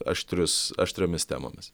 aštrius aštriomis temomis